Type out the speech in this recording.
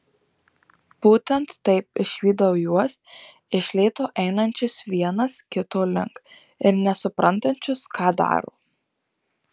būtent taip išvydau juos iš lėto einančius vienas kito link ir nesuprantančius ką daro